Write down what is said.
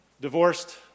divorced